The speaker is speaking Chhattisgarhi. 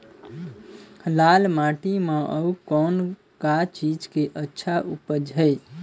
लाल माटी म अउ कौन का चीज के अच्छा उपज है?